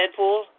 Deadpool